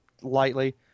lightly